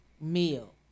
meal